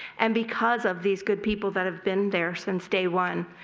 and because of these good people that have been there since day one,